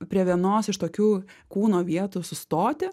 prie vienos iš tokių kūno vietų sustoti